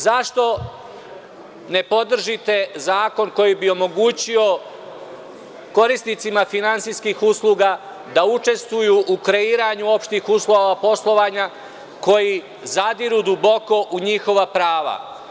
Zašto ne podržite zakon koji bi omogućio korisnicima finansijskih usluga da učestvuju u kreiranju opštih uslova postojanja koji zadiru duboko u njihova prava.